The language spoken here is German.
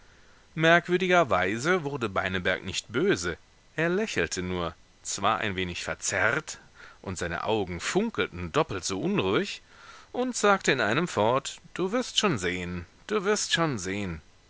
merkwürdigerweise wurde beineberg nicht böse er lächelte nur zwar ein wenig verzerrt und seine augen funkelten doppelt so unruhig und sagte in einem fort du wirst schon sehen du wirst schon sehen